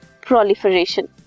proliferation